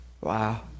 Wow